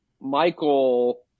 Michael